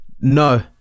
No